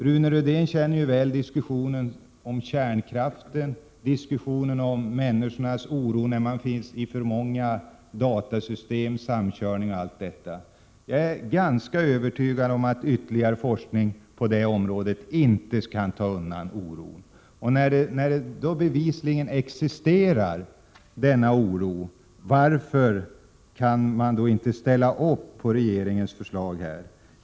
Rune Rydén känner väl diskussionen om kärnkraften och diskussionen om människornas oro över att finnas i för många datasystem, samkörning och allt detta. Jag är ganska övertygad om att ytterligare forskning på de områdena inte kan ta undan oron. När denna oro bevisligen existerar, varför kan man inte ställa upp på regeringens förslag här?